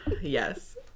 Yes